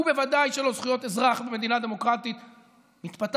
ובוודאי שלא זכויות אזרח במדינה דמוקרטית מתפתחת,